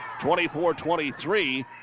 24-23